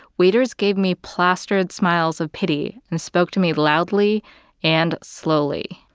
waiters gave me plastered smiles of pity and spoke to me loudly and slowly.